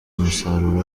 umusaruro